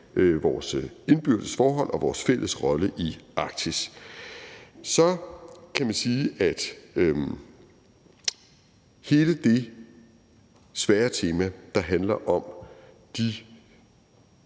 vores indbyrdes forhold og vores fælles rolle i Arktis. Så er der hele det svære tema, der handler om de